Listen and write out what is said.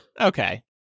Okay